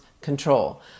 control